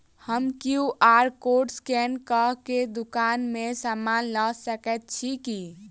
हम QR code scan कऽ केँ दुकान मे समान लऽ सकैत छी की?